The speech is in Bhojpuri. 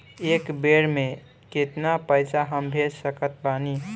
एक बेर मे केतना पैसा हम भेज सकत बानी?